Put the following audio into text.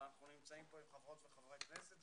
אבל אנחנו נמצאים כאן עם חברות וחברי כנסת.